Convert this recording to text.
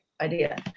idea